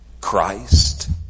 Christ